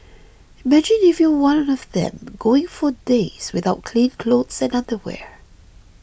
imagine if you were one of them going for days without clean clothes and underwear